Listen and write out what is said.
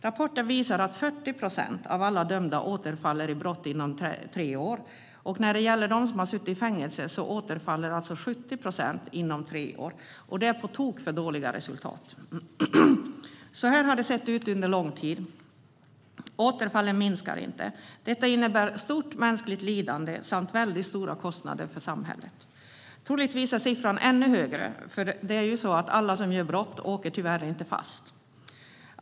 Rapporten visar att 40 procent av alla dömda återfaller i brott inom tre år. Av dem som suttit i fängelse återfaller 70 procent inom tre år. Det är på tok för dåliga resultat. Så här har det sett ut under lång tid. Återfallen minskar inte. Detta innebär stort mänskligt lidande samt väldigt stora kostnader för samhället. Troligtvis är siffran ännu högre; tyvärr åker inte alla som begår brott fast.